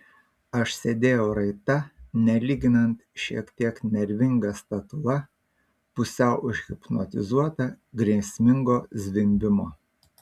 aš sėdėjau raita nelyginant šiek tiek nervinga statula pusiau užhipnotizuota grėsmingo zvimbimo